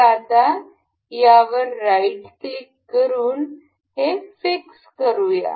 तर आता या वर राईट क्लिक करून हे निश्चित करूया